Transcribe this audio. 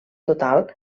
total